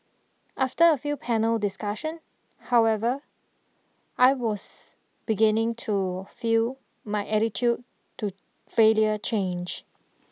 after a few panel discussion however I was beginning to feel my attitude to failure change